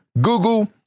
Google